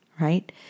right